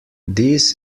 dies